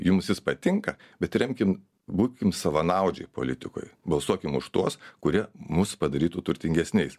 jums jis patinka bet remkim būkim savanaudžiai politikoj balsuokim už tuos kurie mus padarytų turtingesniais